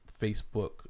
Facebook